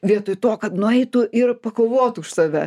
vietoj to kad nueitų ir pakovotų už save